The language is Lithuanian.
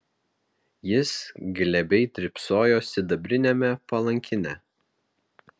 jis glebiai drybsojo sidabriniame palankine